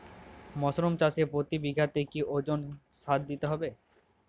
Mushroom চাষে প্রতি বিঘাতে কি ওজনে সার দিতে হবে?